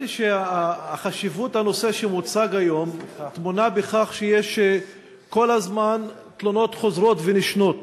חשיבות הנושא המוצג היום טמונה בכך שיש כל הזמן תלונות חוזרות ונשנות